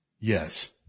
Yes